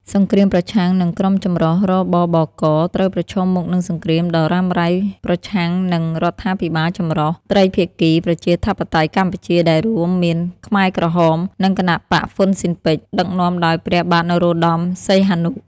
សង្គ្រាមប្រឆាំងនឹងក្រុមចម្រុះ: រ.ប.ប.ក. ត្រូវប្រឈមមុខនឹងសង្គ្រាមដ៏រ៉ាំរ៉ៃប្រឆាំងនឹង រដ្ឋាភិបាលចម្រុះត្រីភាគីប្រជាធិបតេយ្យកម្ពុជាដែលរួមមានខ្មែរក្រហម និងគណបក្សហ៊្វុនស៊ិនប៉ិច ដឹកនាំដោយព្រះបាទនរោត្តម សីហនុ ។